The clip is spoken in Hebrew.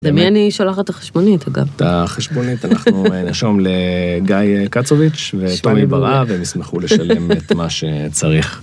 ‫למי אני שולחת את החשבונית, אגב? ‫-את החשבונית, ‫אנחנו נרשום לגיא קצוביץ' וטומי ברא, ‫והם ישמחו לשלם את מה שצריך.